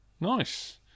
Nice